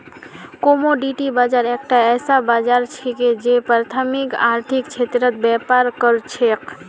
commodity बाजार एकता ऐसा बाजार छिके जे प्राथमिक आर्थिक क्षेत्रत व्यापार कर छेक